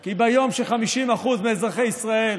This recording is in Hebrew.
כי ביום ש-50% מאזרחי ישראל